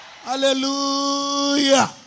Hallelujah